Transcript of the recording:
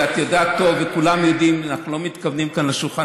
ואת יודעת טוב וכולם יודעים שאנחנו לא מתכוונים כאן לשולחן